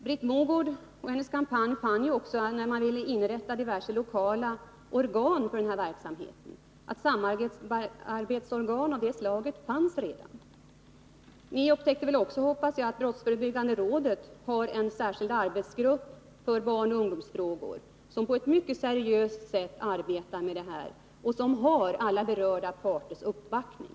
Britt Mogård och hennes kampanj fann också, när man ville inrätta diverse lokala organ för denna verksamhet, att samarbetsorgan av det slaget redan fanns. Ni upptäckte väl också — hoppas jag — att brottsförebyggande rådet har en särskild arbetsgrupp för barnoch ungdomsfrågor som på ett mycket seriöst sätt arbetar med denna fråga och som har reda på alla berörda parters uppfattningar.